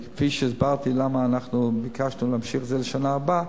הסברתי למה אנחנו ביקשנו להמשיך את זה לשנה הבאה,